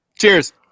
cheers